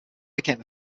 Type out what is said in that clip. became